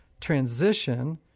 transition